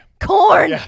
Corn